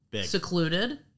secluded